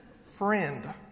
Friend